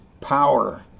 power